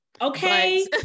okay